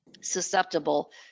susceptible